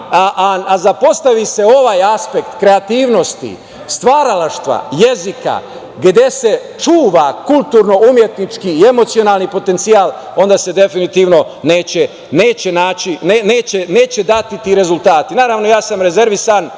a zapostavi se ovaj aspekt kreativnosti, stvaralaštva jezika, gde se čuva kulturno-umetnički i emocionalni potencijal, onda se definitivno neće dati ti rezultati. Naravno, ja sam rezervisan